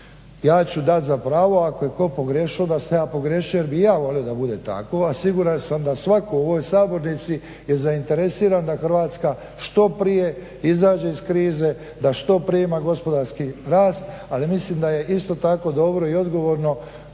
Ja ću dati za pravo ako je tko pogriješio da sam ja pogriješio jel bih i ja volio da bude tako, a siguran sam da svatko u ovoj sabornici je zainteresiran da Hrvatska što prije izađe iz krize, da što prije ima gospodarski rast ali mislim da je isto tako dobro i odgovorno